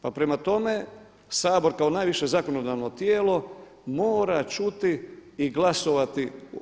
Pa prema tome, Sabor kao najviše zakonodavno tijelo mora čuti i glasovati.